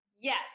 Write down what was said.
Yes